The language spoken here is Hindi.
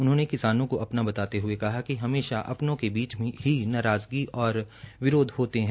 उन्होंने किसानों को अपना बताते हये कहा कि हमेश अपनों के बीच ही नाराज़गी और विरोध होते है